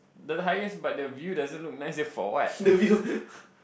the highest but the view doesn't look nice then for what